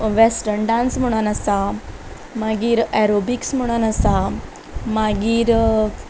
western dance म्हणून आसा मागीर एरोबिक्स म्हणून आसा मागीर